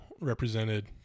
represented